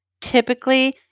Typically